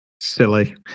silly